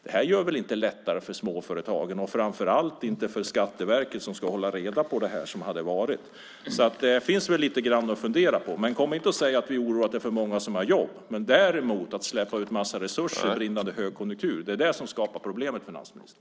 Det här gör det väl inte lättare för småföretagen och framför allt inte för Skatteverket som ska hålla reda på det här. Det finns väl lite grann att fundera på. Men kom inte och säg att vi är oroade över att det är för många som har jobb. Det som skapar problemet, finansministern, är att man släpper ut en massa resurser under brinnande högkonjunktur.